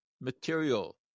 material